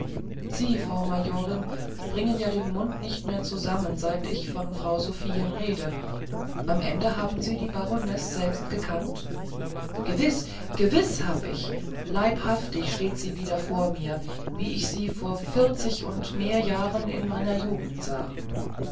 sie frau majorin bringen ja den mund nicht mehr zusammen seit ich von frau sophien rede am ende haben sie die baronesse selbst gekannt gewiß gewiß hab ich leibhaftig steht sie wieder vor mir wie ich sie vor vierzig und mehr jahren in meiner jugend sah